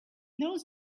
those